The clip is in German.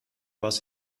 was